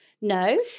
No